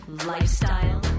lifestyle